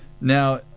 Now